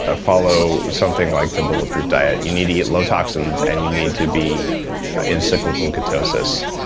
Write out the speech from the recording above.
ah follow something like the bulletproof diet. you need to get low toxins and you need to be in cyclical ketosis,